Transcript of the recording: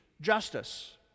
Justice